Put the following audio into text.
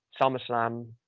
SummerSlam